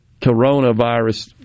coronavirus